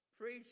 preach